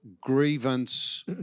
grievance